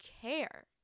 care